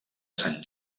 sant